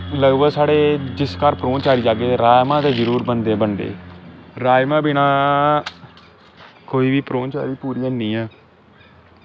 लगभग साढ़े जिस घर परौह्नचारी जाह्गे राजमा ते जरूर बनदे गै बनदे राजमा बिना कोई बी परौह्नचारी पूरी हैनी ऐ